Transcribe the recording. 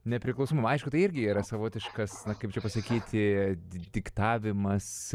nepriklausomumą aišku tai irgi yra savotiškas kaip čia pasakyti diktavimas